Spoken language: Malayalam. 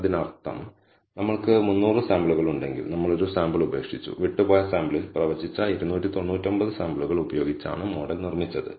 അതിനർത്ഥം നമ്മൾക്ക് 300 സാമ്പിളുകൾ ഉണ്ടെങ്കിൽ നമ്മൾ ഒരു സാമ്പിൾ ഉപേക്ഷിച്ചു വിട്ടുപോയ സാമ്പിളിൽ പ്രവചിച്ച 299 സാമ്പിളുകൾ ഉപയോഗിച്ചാണ് മോഡൽ നിർമ്മിച്ചത്